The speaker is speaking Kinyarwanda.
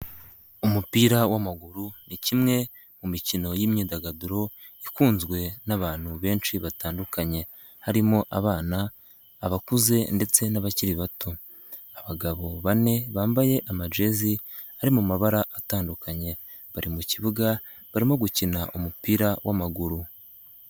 Umupira w'amaguru ni kimwe mu mikino y'imyidagaduro ikunzwe n'abantu benshi batandukanye. Harimo abana, abakuze ndetse n'abakiri bato. abagabo bane bambaye amajezi ari mu mabara atandukanye, bari mukibuga barimo gukina umupira w'amaguru.